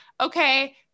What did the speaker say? okay